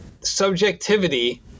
subjectivity